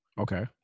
Okay